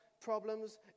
problems